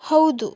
ಹೌದು